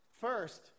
First